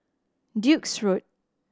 Duke's Road